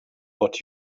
what